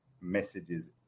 messages